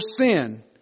sin